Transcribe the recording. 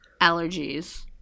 allergies